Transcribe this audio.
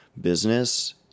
business